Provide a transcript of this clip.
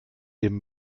den